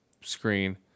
screen